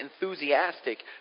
enthusiastic